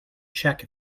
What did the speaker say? check